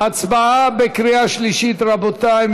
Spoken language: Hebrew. הצבעה בקריאה שלישית, רבותי.